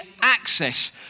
access